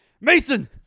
Mason